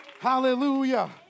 Hallelujah